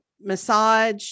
massage